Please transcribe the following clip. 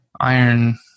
iron